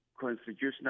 constitutional